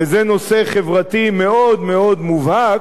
שזה נושא חברתי מאוד-מאוד מובהק,